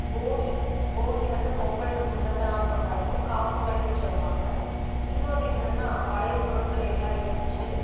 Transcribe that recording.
போகி போகி வந்து பொங்கலுக்கு முன்னத்த நாள் கொண்டாடுவோம் காப்பு கட்டுன்னு சொல்லுவாங்க இன்னோன்னு என்னென்னா பழைய பொருட்களையெல்லாம் எரித்து